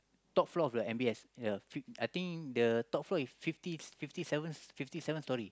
top floor of the M_B_S ya fif~ I think the top floor is fifty fifty seven stories